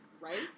right